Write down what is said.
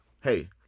hey